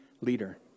leader